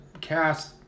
cast